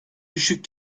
düşük